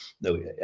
no